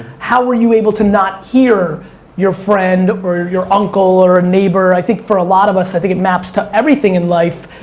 how were you able to not hear your friend or your your uncle or a neighbor, i think for a lot of us, i think it maps to everything in life,